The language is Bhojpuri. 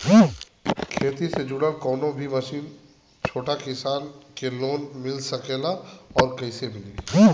खेती से जुड़ल कौन भी मशीन छोटा किसान के लोन मिल सकेला और कइसे मिली?